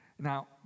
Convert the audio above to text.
Now